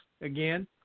again